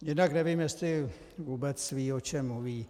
Jednak nevím, jestli vůbec ví, o čem mluví.